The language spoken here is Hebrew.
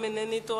אם אינני טועה,